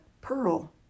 pearl